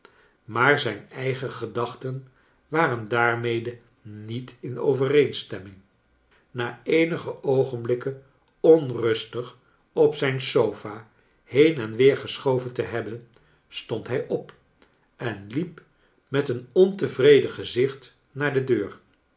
maar zijn eigen gedachten waren daarmede niet in overeenstemming na eenige oogenblikken onrustig op zijn sofa heen en weer geschoven e hebben stond hij op en liep met een ontevreden gezicht naar de deur